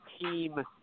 team